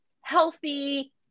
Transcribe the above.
healthy